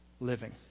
Living